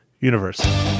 universe